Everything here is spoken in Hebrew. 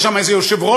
יש שם איזה יושב-ראש,